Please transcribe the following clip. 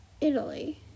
Italy